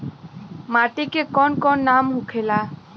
माटी के कौन कौन नाम होखेला?